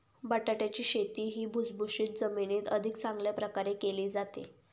बटाट्याची शेती ही भुसभुशीत जमिनीत अधिक चांगल्या प्रकारे केली जाते